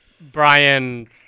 Brian